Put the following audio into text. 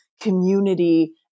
community